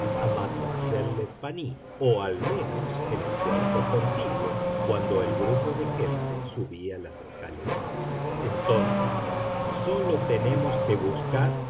a mademoiselle l'espanaye o al menos en el cuarto contiguo cuando el grupo de gente subía las escaleras entonces sólo tenemos que buscar